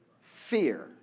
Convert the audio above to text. fear